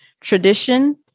tradition